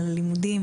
על הלימודים,